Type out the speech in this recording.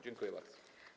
Dziękuję bardzo.